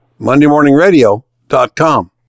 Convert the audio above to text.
MondayMorningRadio.com